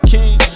King